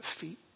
feet